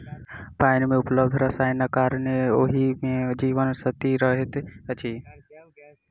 पाइन मे उपलब्ध रसायनक कारणेँ ओहि मे जीवन शक्ति रहैत अछि